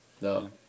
No